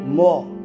more